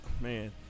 man